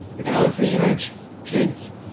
pick another free image kids